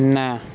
ના